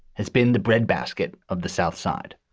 has been the breadbasket of the south side.